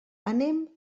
anem